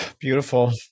Beautiful